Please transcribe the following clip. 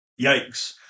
Yikes